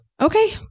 Okay